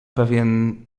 pewien